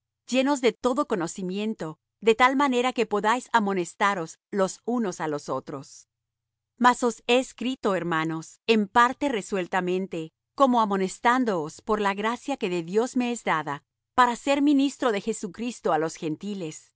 llenos de todo conocimiento de tal manera que podáis amonestaros los unos á los otros mas os he escrito hermanos en parte resueltamente como amonestádoos por la gracia que de dios me es dada para ser ministro de jesucristo á los gentiles